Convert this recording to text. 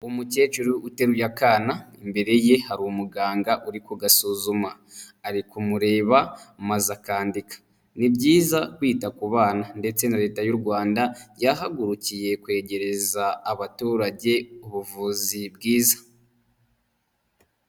Umukecuru uteruye akana imbere ye hari umuganga uri kugasuzuma, ari kumureba maze akandika. Ni byiza kwita ku bana ndetse na leta y'u Rwanda yahagurukiye kwegereza abaturage ubuvuzi bwiza.